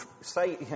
say